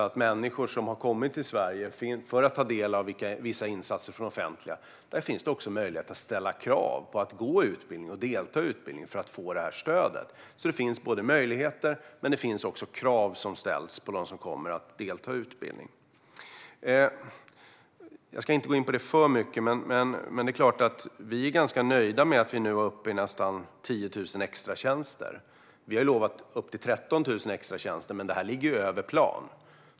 När människor har kommit till Sverige för att ta del av vissa insatser från det offentliga finns det möjlighet att ställa krav på att de ska delta i utbildning för att få det ifrågavarande stödet. De som kommer får alltså möjligheter, men det ställs också krav på dem att delta i utbildning. Jag ska inte gå in på detta för mycket, men det är klart att vi är ganska nöjda med att vi nu är uppe i nästan 10 000 extratjänster. Vi har lovat upp till 13 000 extratjänster, men det här ligger över plan.